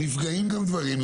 נפגעים גם דברים,